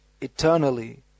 eternally